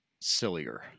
sillier